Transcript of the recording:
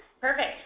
Perfect